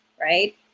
right